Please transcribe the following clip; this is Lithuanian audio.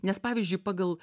nes pavyzdžiui pagal